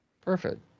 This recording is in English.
Perfect